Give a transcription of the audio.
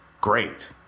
great